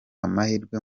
amahirwe